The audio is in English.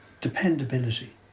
Dependability